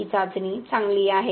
ही चाचणी चांगली आहे